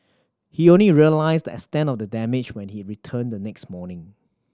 he only realised the extent of the damage when he returned the next morning